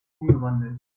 umgewandelt